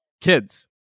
kids